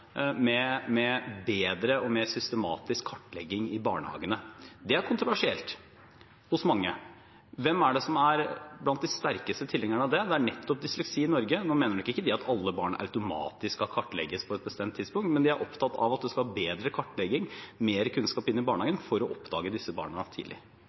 med bedre og mer systematisk kartlegging i barnehagene. Det er kontroversielt hos mange. Hvem er det som er blant de sterkeste tilhengerne av det? Det er nettopp Dysleksi Norge. Nå mener nok ikke de at alle barn automatisk skal kartlegges på et bestemt tidspunkt, men de er opptatt av at det skal bedre kartlegging og mer kunnskap inn i barnehagen for å oppdage disse barna tidlig.